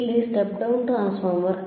ಆದ್ದರಿಂದ ಇಲ್ಲಿ step down transformer